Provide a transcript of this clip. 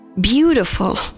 beautiful